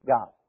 God